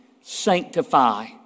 Sanctify